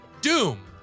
Doom